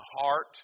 heart